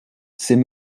c’est